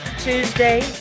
Tuesday